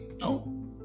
No